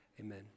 Amen